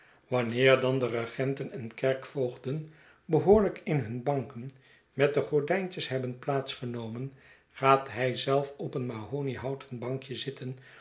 wanneer dan de regenten en kerkvoogden behoorlijk in hun banken met de gordijntjes hebben plaats genomen gaat hij zelf op een mahoniehouten bankje zitten